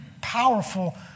powerful